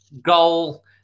goal